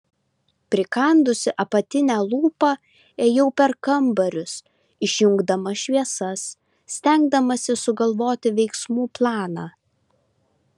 prikandusi apatinę lūpą ėjau per kambarius išjungdama šviesas stengdamasi sugalvoti veiksmų planą